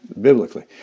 biblically